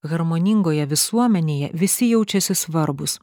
harmoningoje visuomenėje visi jaučiasi svarbūs